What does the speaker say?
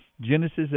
Genesis